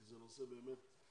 כי זה נושא באמת חשוב,